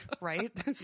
right